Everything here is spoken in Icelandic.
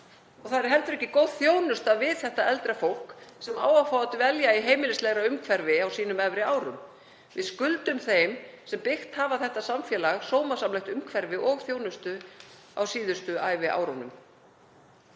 Það er heldur ekki góð þjónusta við þetta eldra fólk, sem á að fá að dvelja í heimilislegra umhverfi á sínum efri árum. Við skuldum þeim sem byggt hafa þetta samfélag sómasamlegt umhverfi og þjónustu á síðustu æviárunum.